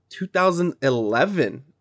2011